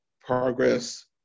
progress